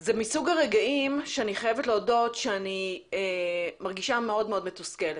זה מסוג הרגעים שאני חייבת להודות שאני מרגישה מאוד מאוד מתוסכלת,